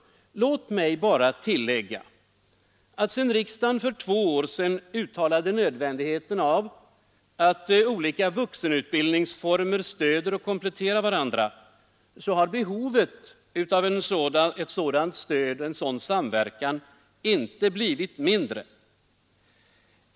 Låt mig bara säga, att sedan riksdagen för två år sedan uttalade nödvändigheten av att olika vuxenutbildningsformer stöder och kompletterar varandra, så har behovet av ett sådant stöd och en sådan samverkan inte blivit mindre.